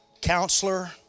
counselor